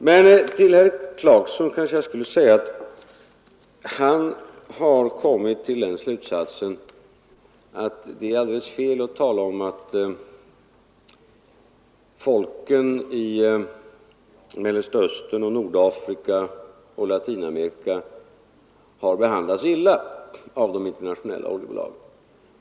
Herr Clarkson har kommit till den slutsatsen att det är alldeles fel att tala om att folken i Mellersta Östern och Nordafrika och Latinamerika har behandlats illa av de internationella oljebolagen.